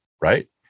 right